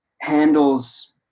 handles